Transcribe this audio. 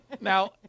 now